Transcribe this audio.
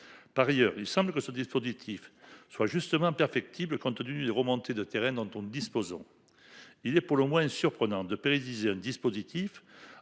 Par ailleurs, il semble que ce dispositif soit justement perfectible, compte tenu des remontées de terrain dans ton disposons. Il est pour le moins surprenant de pérenniser un dispositif